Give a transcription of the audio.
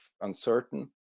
uncertain